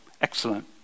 excellent